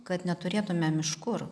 kad neturėtumėm iš kur